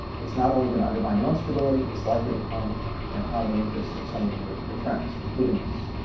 it's not only going to undermine your own stability, it's likely to come and harm the interests of some of your your friends, including us.